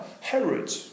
Herod